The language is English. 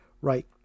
right